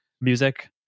music